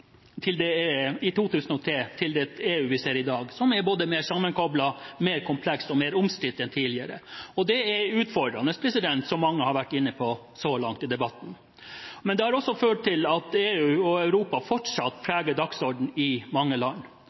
i 2003, til det EU vi ser i dag, som er både mer sammenkoblet, mer komplekst og mer omstridt enn tidligere. Det er utfordrende, som mange har vært inne på så langt i debatten. Dette har også ført til at EU og Europa fortsatt preger dagsordenen i mange land.